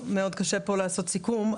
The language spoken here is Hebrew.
מאוד קשה פה לעשות סיכום.